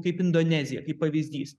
kaip indonezija kaip pavyzdys